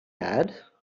had